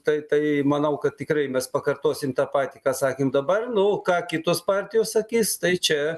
tai tai manau kad tikrai mes pakartosim tą patį ką sakėm dabar nu ką kitos partijos sakys tai čia